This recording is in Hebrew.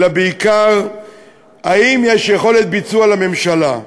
אלא בעיקר אם יש יכולת ביצוע לממשלה.